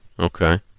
Okay